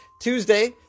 Tuesday